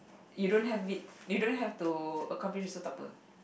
you don't have it you don't have to accomplished